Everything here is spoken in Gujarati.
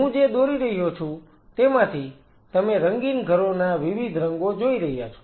હું જે દોરી રહ્યો છું તેમાંથી તમે રંગીન ઘરોના વિવિધ રંગો જોઈ રહ્યા છો